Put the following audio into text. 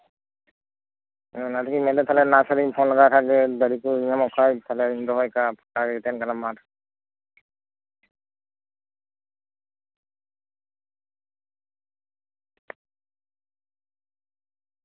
ᱚᱱᱟᱛᱮᱜᱤᱧ ᱢᱮᱱ ᱮᱫᱟ ᱡᱮ ᱛᱟᱦᱚᱞᱮ ᱱᱟᱨᱥᱟᱨᱤᱧ ᱯᱷᱳᱱ ᱞᱮᱜᱟ ᱠᱟᱜ ᱜᱮ ᱡᱟ ᱜᱮ ᱫᱟᱨᱮ ᱠᱚ ᱧᱟᱢᱚᱜ ᱠᱷᱟᱱ ᱛᱟᱞᱦᱮᱧ ᱨᱚᱦᱚᱭ ᱠᱟᱜᱼᱟ ᱯᱷᱟᱠᱟ ᱜᱮ ᱛᱟᱦᱮᱱ ᱠᱟᱱᱟ ᱢᱟᱴᱷ